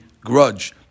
grudge